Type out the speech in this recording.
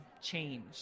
change